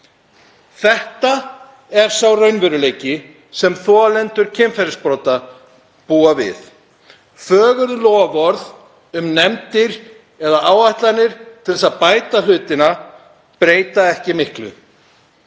Þetta er sá raunveruleiki sem þolendur kynferðisbrota búa við. Fögur loforð um efndir eða áætlanir til að bæta hlutina breyta ekki miklu.